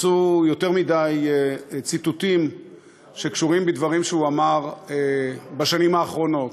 התקבצו יותר מדי ציטוטים שקשורים לדברים שהוא אמר בשנים האחרונות,